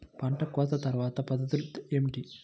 పంట కోత తర్వాత పద్ధతులు ఏమిటి?